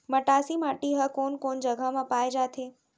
मटासी माटी हा कोन कोन जगह मा पाये जाथे?